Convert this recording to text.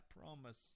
promise